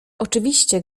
oczywiście